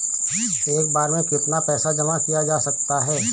एक बार में कितना पैसा जमा किया जा सकता है?